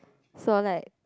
so like